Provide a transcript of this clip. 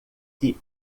que